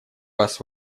вас